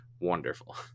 wonderful